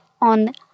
on